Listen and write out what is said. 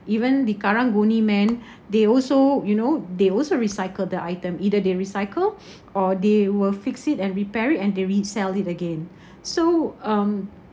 even the karang-guni men they also you know they also recycle the item either they recycle or they will fix it and repair it and they resell it again so um